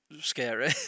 scary